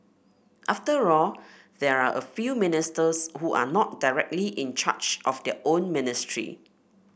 after all there are a few ministers who are not directly in charge of their own ministry